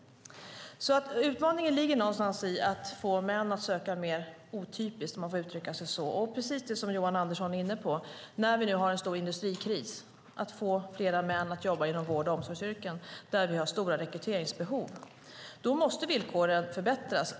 Utmaningen ligger i att få män att söka mer otypiskt. Som Johan Andersson var inne på måste vi nu, när vi har en stor industrikris, få fler män att jobba inom vård och omsorgsyrken där vi har stora rekryteringsbehov. Då måste villkoren förbättras.